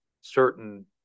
certain